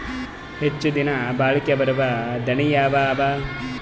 ಹೆಚ್ಚ ದಿನಾ ಬಾಳಿಕೆ ಬರಾವ ದಾಣಿಯಾವ ಅವಾ?